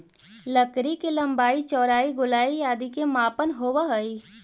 लकड़ी के लम्बाई, चौड़ाई, गोलाई आदि के मापन होवऽ हइ